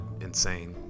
insane